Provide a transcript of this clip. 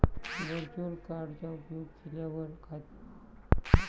virtual card चा उपयोग केल्यावर, खात्याचे तपशील व्यापाऱ्याला कळवले जात नाहीत